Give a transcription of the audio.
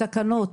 התקנות,